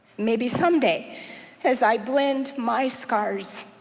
maybe some day as i blend my scars,